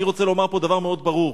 אני רוצה לומר פה דבר מאוד ברור: